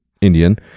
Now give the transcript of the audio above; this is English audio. indian